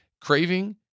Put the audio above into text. Craving